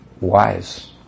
wise